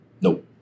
Nope